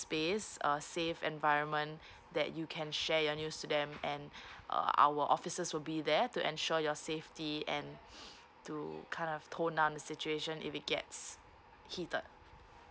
space uh safe environment that you can share your news to them and uh our officers will be there to ensure your safety and to kind of tone down the situation if it gets heated